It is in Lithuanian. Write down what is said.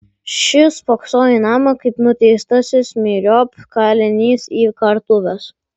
šis spoksojo į namą kaip nuteistasis myriop kalinys į kartuves